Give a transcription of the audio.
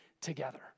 together